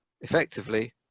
effectively